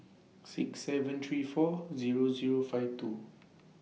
six seven three four Zero Zero five two